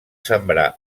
sembrar